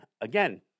again